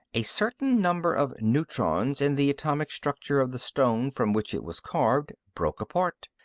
a certain number of neutrons in the atomic structure of the stone from which it was carved broke apart,